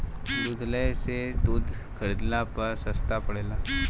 दुग्धालय से दूध खरीदला पर सस्ता पड़ेला?